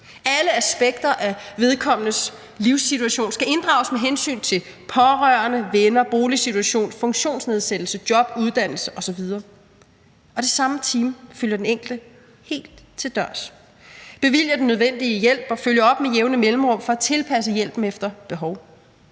Alle aspekter af vedkommendes livssituation skal inddrages med hensyn til pårørende, venner, boligsituation, funktionsnedsættelse, job, uddannelse osv., og det samme team følger den enkelte helt til dørs, bevilger den nødvendige hjælp og følger op med jævne mellemrum for at tilpasse hjælpen efter behov.